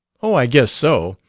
oh, i guess so.